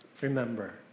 Remember